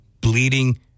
bleeding